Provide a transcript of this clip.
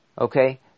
okay